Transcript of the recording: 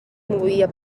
movia